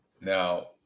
Now